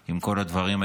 עם כל הדברים האלה.